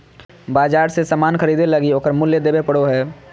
बाजार मे सामान ख़रीदे लगी ओकर मूल्य देबे पड़ो हय